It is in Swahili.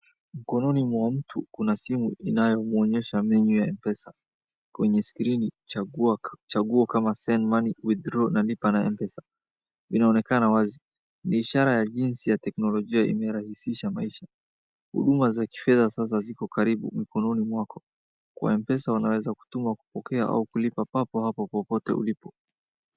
Mikono mwa mtu kuna simu ambayo inamuonyesha menu ya M pesa kwenyenye skirini chaguo kama send money withdraw na lipa na M pesa inaonekana wazi ni ishara ya jinsi ya teknolojia imerahisisha maisha huduma za kifedha sasa ziko karibu mikononi mwako wa mpesa unaweza kutuma au kulipa papohapo kwa popote ulipo.